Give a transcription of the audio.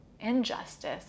injustice